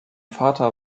vater